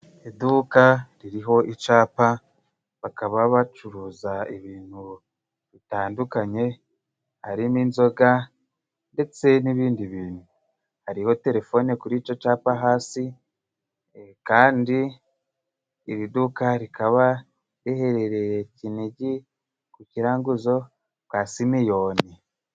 Iduka ririho icapa bakaba bacuruza ibintu bitandukanye harimo inzoga ndetse n'ibindi bintu, hariho telefone kuri ico capa hasi, kandi iri duka rikaba riherereye kinigi ku kiranguzo kwa Simiyoni.